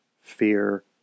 fear